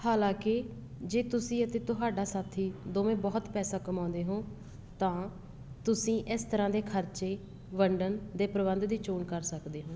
ਹਾਲਾਂਕਿ ਜੇ ਤੁਸੀਂ ਅਤੇ ਤੁਹਾਡਾ ਸਾਥੀ ਦੋਵੇਂ ਬਹੁਤ ਪੈਸਾ ਕਮਾਉਂਦੇ ਹੋਂ ਤਾਂ ਤੁਸੀਂ ਇਸ ਤਰ੍ਹਾਂ ਦੇ ਖ਼ਰਚੇ ਵੰਡਣ ਦੇ ਪ੍ਰਬੰਧ ਦੀ ਚੋਣ ਕਰ ਸਕਦੇ ਹੋ